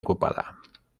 ocupada